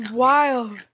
wild